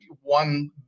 one